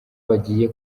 bagiye